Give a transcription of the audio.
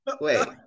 Wait